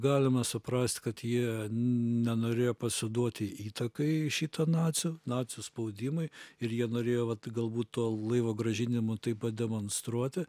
galima suprast kad jie nenorėjo pasiduoti įtakai šito nacio nacių spaudimui ir jie norėjo vat galbūt tuo laivo grąžinimu tai pademonstruoti